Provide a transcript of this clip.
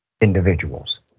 individuals